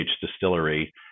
Distillery